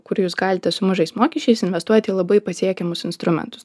kur jūs galite su mažais mokesčiais investuoti į labai pasiekiamus instrumentus